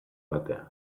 batean